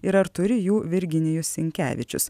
ir ar turi jų virginijus sinkevičius